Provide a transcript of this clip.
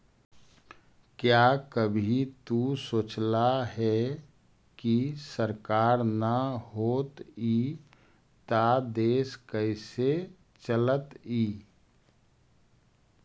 क्या कभी तु सोचला है, की सरकार ना होतई ता देश कैसे चलतइ